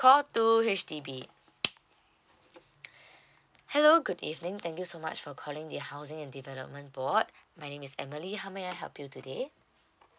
call two H_D_B hello good evening thank you so much for calling the housing and development board my name is emily how may I help you today